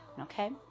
okay